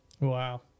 Wow